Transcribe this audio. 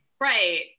Right